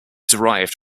derived